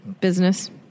business